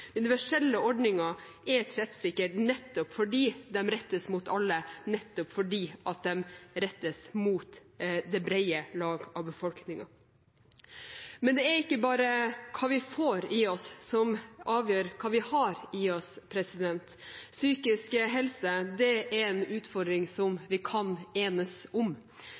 Universelle ordninger er treffsikkert nettopp fordi de rettes mot alle, nettopp fordi de rettes mot det brede lag av befolkningen. Men det er ikke bare hva vi får i oss, som avgjør hva vi har i oss. Psykisk helse er en utfordring som vi kan enes om.